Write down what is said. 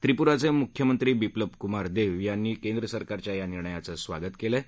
त्रिपुराचे मुख्यमंत्री बिप्लब कुमार देव यांनी केंद्र सरकारच्या या निर्णयाचं स्वागत केलं आहे